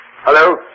Hello